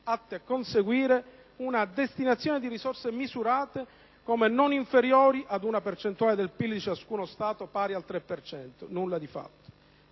atte a conseguire una destinazione di risorse nella misura non inferiore ad una percentuale del PIL di ciascuno Stato pari al 3 per cento. Nulla di fatto!